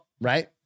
Right